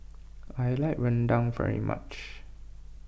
I like Rendang very much